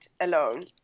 alone